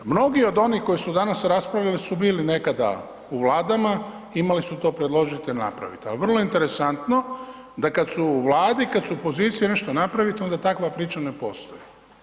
Mnogi od onih koji su danas raspravljali su bili nekada u vladama i imali su to predložite, napravite, ali vrlo interesantno da kad su u vladi kad su u poziciji nešto napraviti onda takva priča ne postoji.